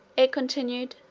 it continued,